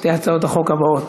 לשתי הצעות החוק הבאות.